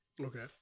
Okay